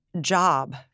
job